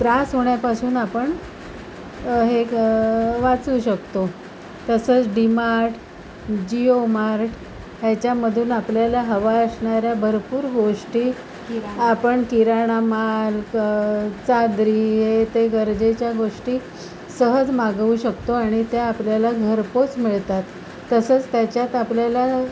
त्रास होण्यापासून आपण हे वाचू शकतो तसंच डीमार्ट जिओ मार्ट ह्याच्यामधून आपल्याला हवा असणाऱ्या भरपूर गोष्टी आपण किराणा माल क चादरी हे ते गरजेच्या गोष्टी सहज मागवू शकतो आणि त्या आपल्याला घरपोच मिळतात तसंच त्याच्यात आपल्याला